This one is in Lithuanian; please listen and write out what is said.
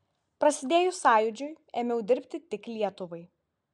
prasidėjus sąjūdžiui ėmiau dirbti tik lietuvai